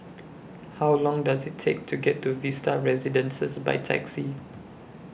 How Long Does IT Take to get to Vista Residences By Taxi